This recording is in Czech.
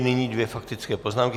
Nyní dvě faktické poznámky.